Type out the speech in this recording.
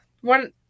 one